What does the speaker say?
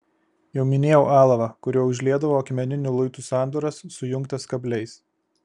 jau minėjau alavą kuriuo užliedavo akmeninių luitų sandūras sujungtas kabliais